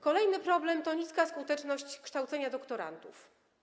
Kolejny problem to niska skuteczność kształcenia doktorantów.